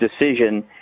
decision